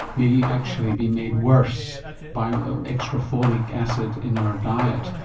may actually be made worse by extra folic acid in our diet.